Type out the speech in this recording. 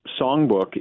songbook